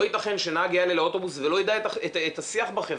לא ייתכן שנהג יעלה לאוטובוס ולא יידע את השיח בחברה.